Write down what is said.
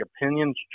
opinions